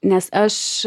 nes aš